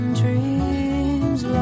dreams